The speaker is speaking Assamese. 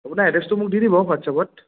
আপোনাৰ এড্ৰেটো মোক দি দিব হোৱাটছ এপত